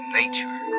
nature